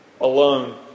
alone